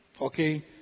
Okay